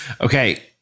Okay